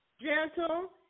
gentle